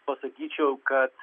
pasakyčiau kad